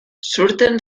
surten